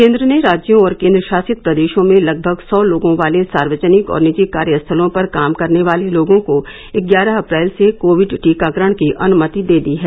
केंद्र ने राज्यों और केंद्र शासित प्रदेशों में लगभग सौ लोगों वाले सार्वजनिक और निजी कार्यस्थलों पर काम करने वाले लोगों को ग्यारह अप्रैल से कोविड टीकाकरण की अनुनति दे दी है